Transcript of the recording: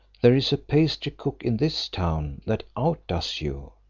there is a pastry cook in this town that outdoes you.